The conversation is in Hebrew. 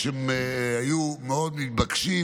שהיו מתבקשים מאוד,